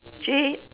Jay